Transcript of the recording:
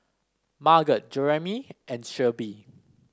Margot Jeramie and Shelbie